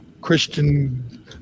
Christian